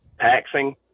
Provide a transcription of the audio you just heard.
taxing